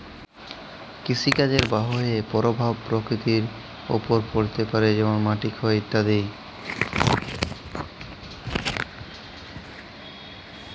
কৃষিকাজের বাহয়ে পরভাব পরকৃতির ওপর পড়তে পারে যেমল মাটির ক্ষয় ইত্যাদি